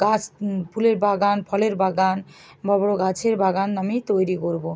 গাছ ফুলের বাগান ফলের বাগান বড়ো বড়ো গাছের বাগান আমি তৈরি করবো